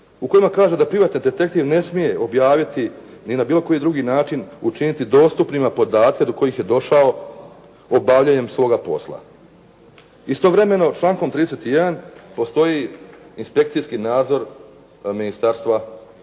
u kome kaže da privatni detektiv ne smije objaviti, niti na bilo koji drugi način učiniti dostupnima podatke do kojih je došao obavljanjem svoga posla. Istovremeno člankom 31. postoji inspekcijski nadzor Ministarstva